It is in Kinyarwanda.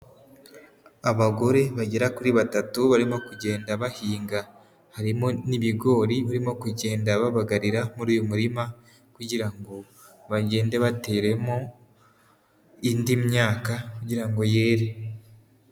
Abagore bagera kuri batatu barimo kugenda bahinga harimo n'ibigori birimo kugenda babagarira, muri uyu murima kugira ngo bagende bateremo indi myaka kugira ngo yere.